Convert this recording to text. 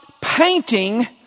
painting